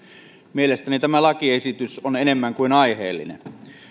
mielestäni tämä lakiesitys on enemmän kuin aiheellinen